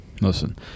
Listen